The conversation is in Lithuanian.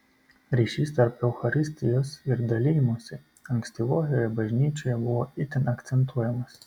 ryšys tarp eucharistijos ir dalijimosi ankstyvojoje bažnyčioje buvo itin akcentuojamas